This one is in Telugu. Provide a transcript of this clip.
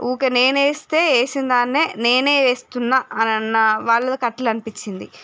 ఊరికే నేనేస్తే వేసిందాన్నే నేనే వేస్తున్నా అనన్నా వాళ్లకు అట్ల అనిపించింది